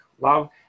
love